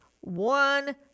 one